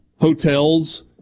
hotels